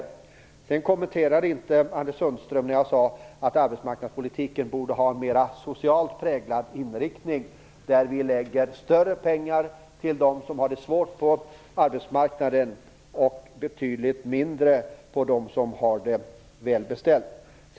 Anders Sundström kommenterade inte det som jag sade om att arbetsmarknadspolitiken borde ha en mera socialt präglad inriktning, där vi ger mer pengar till dem som har det svårt på arbetsmarknaden och betydligt mindre till dem som har det välbeställt.